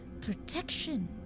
protection